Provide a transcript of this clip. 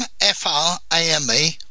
F-R-A-M-E